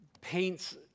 paints